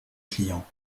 client